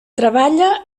treballa